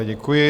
Děkuji.